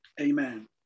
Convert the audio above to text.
Amen